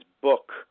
book